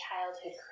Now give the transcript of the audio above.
childhood